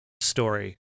story